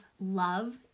love